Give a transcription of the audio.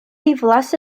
ddiflas